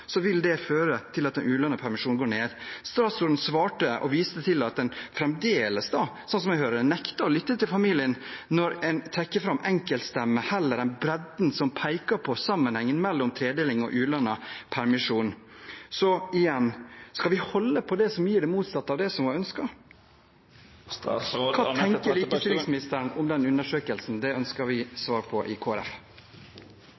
vil det føre til at den ulønnede permisjonen går ned. Statsråden svarte og viste til – sånn som jeg hører det – at man fremdeles nekter å lytte til familiene når man trekker fram enkeltstemmer heller enn bredden som peker på sammenhengen mellom tredeling og ulønnet permisjon. Så igjen: Skal vi holde på det som gir det motsatte av det som var ønsket? Hva tenker likestillingsministeren om undersøkelsen? Det ønsker vi